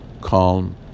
calm